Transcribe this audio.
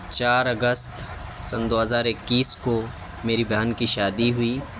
چار اگست سن دو ہزار اکیس کو میری بہن کی شادی ہوئی